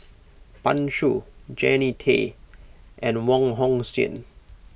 Pan Shou Jannie Tay and Wong Hong Suen